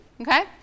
Okay